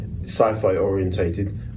Sci-fi-orientated